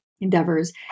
endeavors